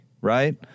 right